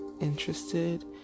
interested